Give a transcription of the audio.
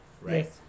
right